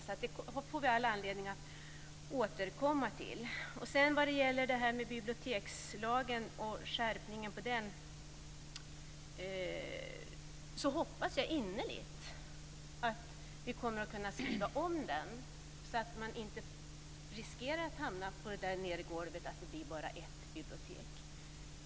Så det får vi all anledning att återkomma till. Vad gäller bibliotekslagen och skärpningen av den hoppas jag innerligt att vi kommer att kunna skriva om den så att man inte riskerar att hamna på det nedre golvet så att det blir bara ett bibliotek.